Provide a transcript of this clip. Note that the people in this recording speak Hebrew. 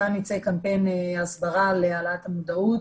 כאן ייצא קמפיין הסברה להעלאת המודעות